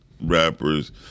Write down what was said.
rappers